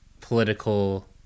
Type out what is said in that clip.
political